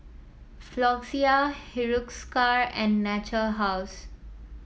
Floxia Hiruscar and Natura House